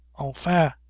Enfin